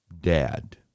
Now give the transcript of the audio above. dad